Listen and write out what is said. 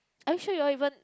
are you sure you all even